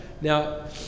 now